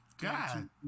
God